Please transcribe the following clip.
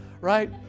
right